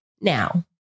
now